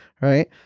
right